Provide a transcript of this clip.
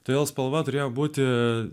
todėl spalva turėjo būti